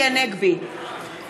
אריה מכלוף דרעי, אינו נוכח